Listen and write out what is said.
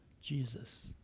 Jesus